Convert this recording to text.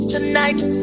Tonight